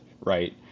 Right